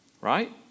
Right